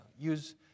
use